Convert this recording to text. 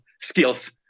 skills